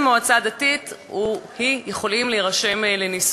מועצה דתית הוא או היא יכולים להירשם לנישואים.